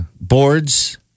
boards